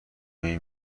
نمی